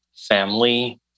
Family